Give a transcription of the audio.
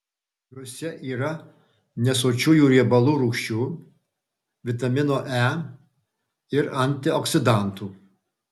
juose yra nesočiųjų riebalų rūgščių vitamino e ir antioksidantų